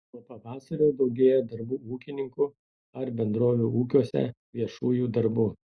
nuo pavasario daugėja darbų ūkininkų ar bendrovių ūkiuose viešųjų darbų